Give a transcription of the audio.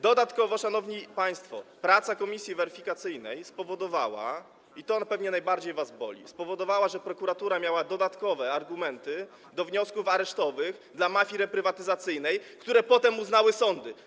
Dodatkowo, szanowni państwo, praca komisji weryfikacyjnej, i to pewnie najbardziej was boli, spowodowała, że prokuratura miała dodatkowe argumenty do wniosków aresztowych dla mafii reprywatyzacyjnej, które potem uznały sądy.